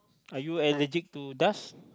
are you allergic to dust